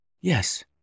Yes